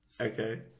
okay